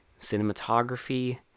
cinematography